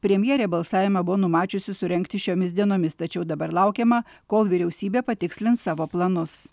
premjerė balsavimą buvo numačiusi surengti šiomis dienomis tačiau dabar laukiama kol vyriausybė patikslins savo planus